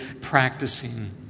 practicing